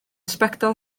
sbectol